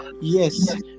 yes